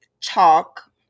chalk